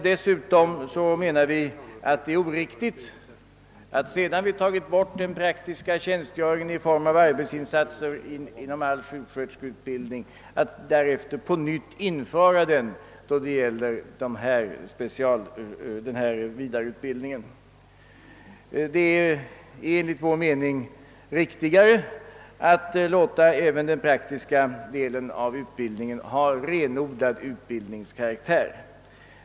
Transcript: Dessutom tycker vi att det är oriktigt att, sedan vi tagit bort den praktiska tjänstgöringen i form av arbetsinsatser inom all sjuksköterskeutbildning, därefter på nytt införa den när det gäller denna vidareutbildning. Det är enligt vår mening riktigare att låta även den praktiska delen av utbildningen ha renodlad utbildningskaraktär.